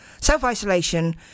Self-isolation